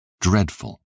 dreadful